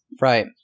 Right